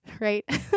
right